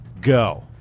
go